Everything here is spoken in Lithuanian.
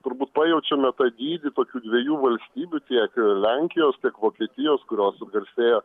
turbūt pajaučiame tą dydį tokių dviejų valstybių tiek lenkijos tiek vokietijos kurios garsėja